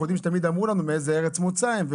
יודעים שתמיד שאלו אותנו מאיזו ארץ מוצא הם.